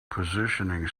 positioning